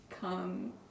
come